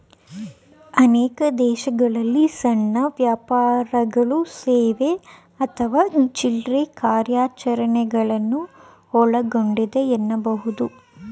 ಅನೇಕ ದೇಶಗಳಲ್ಲಿ ಸಣ್ಣ ವ್ಯಾಪಾರಗಳು ಸೇವೆ ಅಥವಾ ಚಿಲ್ರೆ ಕಾರ್ಯಾಚರಣೆಗಳನ್ನ ಒಳಗೊಂಡಿದೆ ಎನ್ನಬಹುದು